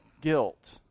guilt